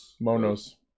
Monos